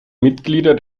mitglieder